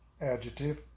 adjective